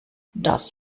das